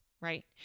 right